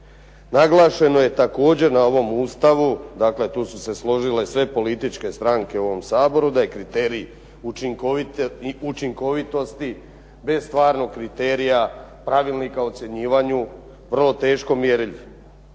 Naglašeno je također na ovom Ustavu, dakle tu su se složile sve političke stranke u ovom Saboru da je kriterij učinkovitosti bez stvarnog kriterija pravilnika o ocjenjivanju vrlo teško mjerljiv.